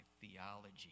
theology